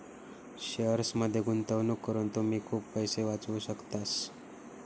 शेअर्समध्ये गुंतवणूक करून तुम्ही खूप पैसे वाचवू शकतास